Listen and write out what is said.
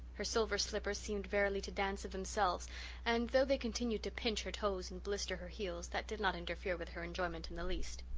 her silver slippers seemed verily to dance of themselves and though they continued to pinch her toes and blister her heels that did not interfere with her enjoyment in the least.